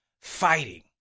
fighting